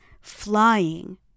flying